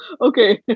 okay